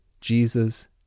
Jesus